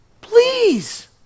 Please